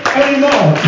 anymore